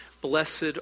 Blessed